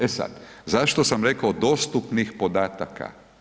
E sad, zašto sam rekao dostupnih podataka?